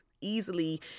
easily